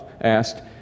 asked